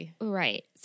Right